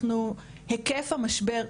אנחנו, היקף המשבר,